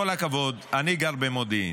עם כל הכבוד, אני גר במודיעין,